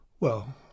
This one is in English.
Well